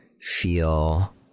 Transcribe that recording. feel